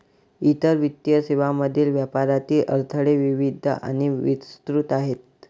इतर वित्तीय सेवांमधील व्यापारातील अडथळे विविध आणि विस्तृत आहेत